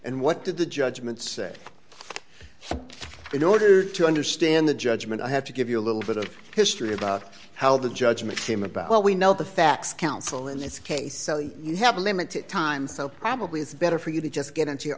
and what did the judgment say in order to understand the judgment i have to give you a little bit of history about how the judgment came about what we know the facts counsel in this case you have a limited time so probably it's better for you to just get into